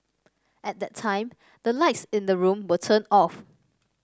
at that time the lights in the room were turned off